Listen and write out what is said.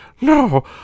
No